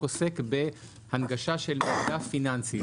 הוא עוסק בהנגשת מידע פיננסי.